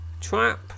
trap